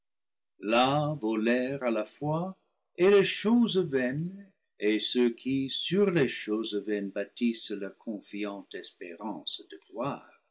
là volèrent à la fois et les choses vaines et ceux qui sur les choses vaines bâtissent leurs confiantes espérances de